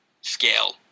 scale